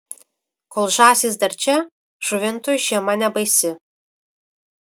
kol žąsys dar čia žuvintui žiema nebaisi